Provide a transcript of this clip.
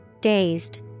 Dazed